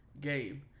game